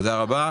תודה רבה.